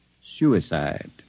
Suicide